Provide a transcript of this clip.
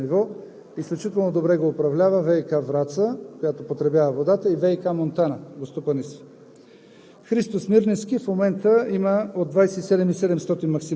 Там обаче винаги може да се изключи водата и язовирът да остане на едно и също ниво. Изключително добре го управлява ВиК Враца, която потребява водата, а ВиК Монтана го стопанисва.